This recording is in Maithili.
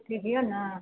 ठीक यए ने